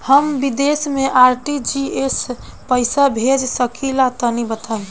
हम विदेस मे आर.टी.जी.एस से पईसा भेज सकिला तनि बताई?